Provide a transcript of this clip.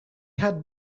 had